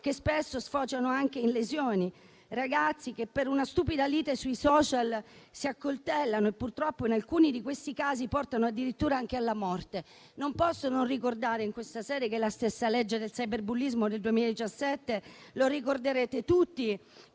che spesso sfociano anche in lesioni. Ci sono ragazzi che, per una stupida lite sui *social*, si accoltellano e purtroppo alcuni di questi casi portano addirittura anche alla morte. Non posso non ricordare in questa sede come è nata la legge sul cyberbullismo del 2017. Ricorderete tutti